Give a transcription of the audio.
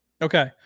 Okay